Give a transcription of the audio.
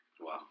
Wow